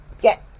get